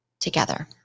together